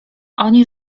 oni